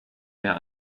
mehr